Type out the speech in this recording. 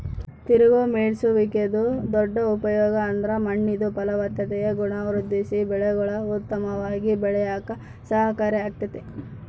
ತಿರುಗೋ ಮೇಯ್ಸುವಿಕೆದು ದೊಡ್ಡ ಉಪಯೋಗ ಅಂದ್ರ ಮಣ್ಣಿಂದು ಫಲವತ್ತತೆಯ ಗುಣ ವೃದ್ಧಿಸಿ ಬೆಳೆಗುಳು ಉತ್ತಮವಾಗಿ ಬೆಳ್ಯೇಕ ಸಹಕಾರಿ ಆಗ್ತತೆ